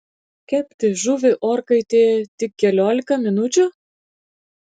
kepti žuvį orkaitėje tik keliolika minučių